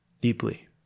deeply